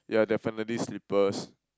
ya definitely slippers